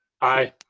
aye.